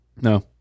No